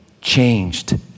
changed